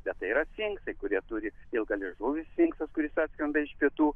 bet tai yra sfinksai kurie turi ilgaliežuvis sfinksas kuris atskrenda iš pietų